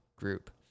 group